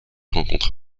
rencontrée